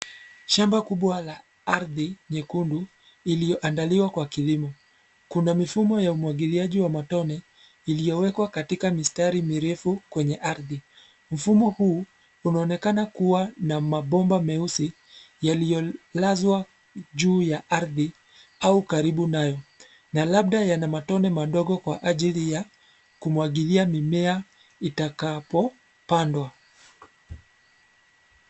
Shamba kubwa la ardhi nyekundu lililoandaliwa kwa kilimo. Kuna mifumo wa umwagiliaji wa matone iliyowekwa katika mistari mirefu kwenye ardhi. Mfumo huu unaonekana kua na mabomba meusi yaliyolazwa juu ya ardhi au karibu nayo. Na labda yana matone madogo kwa ajili ya kumwagilia mimea itakapopandwa.